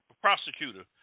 prosecutor